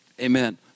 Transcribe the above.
Amen